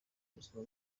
ubuzima